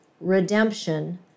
redemption